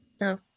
No